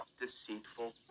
deceitful